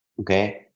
Okay